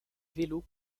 vélo